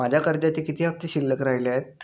माझ्या कर्जाचे किती हफ्ते शिल्लक राहिले आहेत?